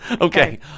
Okay